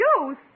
Youth